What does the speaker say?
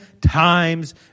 times